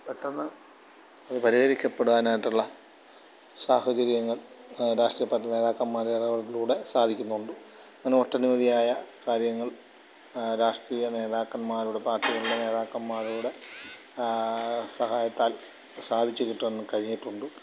പെട്ടെന്ന് അത് പരിഹരിക്കപ്പെടാനായിട്ടുള്ള സാഹചര്യങ്ങൾ രാഷ്ട്രീയ പാർട്ടി നേതാക്കന്മാരുടെ ഇടപെടലിലൂടെ സാധിക്കുന്നുണ്ട് അങ്ങനെ ഒട്ടനവധിയായ കാര്യങ്ങൾ രാഷ്ട്രീയ നേതാക്കന്മാരുടെ പാർട്ടിയിലെ നേതാക്കന്മാരുടെ സഹായത്താൽ സാധിച്ചുകിട്ടാൻ കഴിഞ്ഞിട്ടുണ്ട്